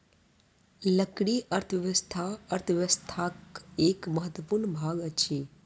लकड़ी अर्थव्यवस्था अर्थव्यवस्थाक एक महत्वपूर्ण भाग अछि